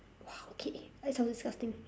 !wah! okay that sounds disgusting